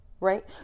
right